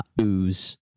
ooze